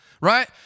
right